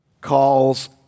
calls